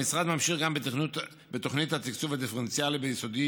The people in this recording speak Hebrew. המשרד ממשיך בתוכנית התקצוב הדיפרנציאלי ביסודי